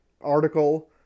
article